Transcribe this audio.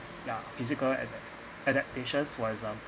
ya physical adapt adaptations for example